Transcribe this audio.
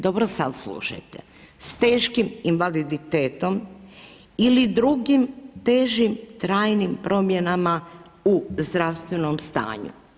Dobro sad slušajte, sa teškim invaliditetom ili drugim težim trajnim promjenama u zdravstvenom stanju.